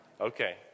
Okay